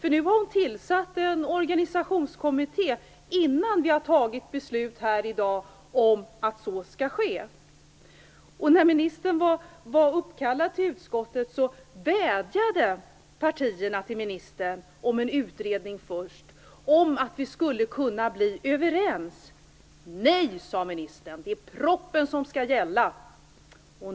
Hon har nu tillsatt en organisationskommitté innan vi fattat beslut om att så skall ske. När ministern var uppkallad till utskottet vädjade partierna till ministern om en utredning först och om att vi skulle bli överens. Nej, sade ministern, det är propositionen som skall gälla.